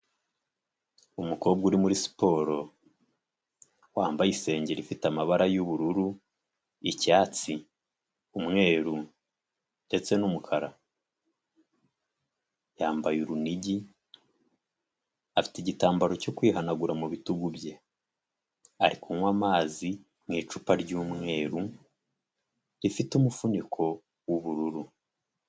Umukobwa uri muri siporo. Wambaye Isengeri ifite amabara y'ubururu, icyatsi, umweru ndetse, n'umukara. Yambaye urunigi, afite igitambaro cyo kwihanagura mu bitugu bye, ari kunywa amazi mu icupa ryumweru rifite umufuniko w'ubururu.